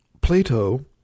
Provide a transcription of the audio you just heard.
Plato